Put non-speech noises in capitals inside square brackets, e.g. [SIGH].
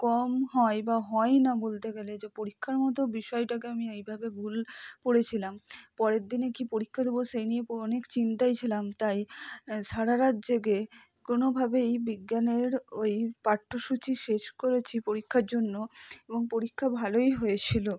কম হয় বা হয়ই না বলতে গেলে যে পরীক্ষার মতো বিষয়টাকে আমি এইভাবে ভুল পড়েছিলাম পরের দিনে কি পরীক্ষা দেবো সেই নিয়ে [UNINTELLIGIBLE] অনেক চিন্তায় ছিলাম তাই [UNINTELLIGIBLE] সারা রাত জেগে কোনোভাবেই বিজ্ঞানের ওই পাঠ্য সূচি শেষ করেছি পরীক্ষার জন্য এবং পরীক্ষা ভালোই হয়েছিলো